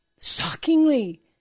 shockingly